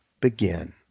begin